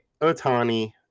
Otani